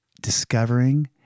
discovering